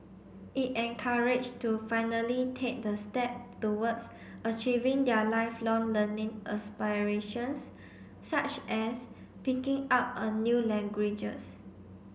it encouraged to finally take the step towards achieving their lifelong learning aspirations such as picking up a new languages